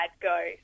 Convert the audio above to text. go